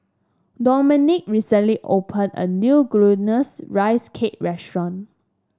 Dominick recently opened a new Glutinous Rice Cake restaurant